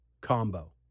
combo